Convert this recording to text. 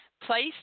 Place